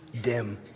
dim